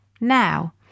now